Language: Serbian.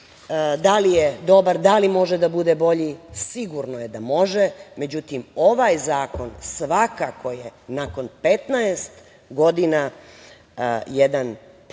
li je dobar? Da li može da bude bolje? Sigurno je da može, međutim ovaj zakon svakako je, nakon 15 godina, jedan potpuno